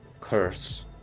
curse